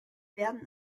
werden